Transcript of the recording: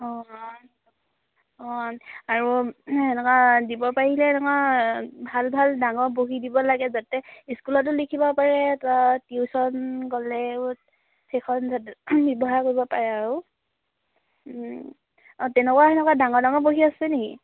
অঁ অঁ অঁ আৰু এনেকুৱা দিব পাৰিলে এনেকুৱা ভাল ভাল ডাঙৰ বহী দিব লাগে যাতে স্কুলতো লিখিব পাৰে তা টিউচন গ'লেও সেইখন যাতে ব্যৱহাৰ কৰিব পাৰে আৰু অঁ তেনেকুৱা সেনেকুৱা ডাঙৰ ডাঙৰ বহী আছে নেকি